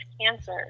cancer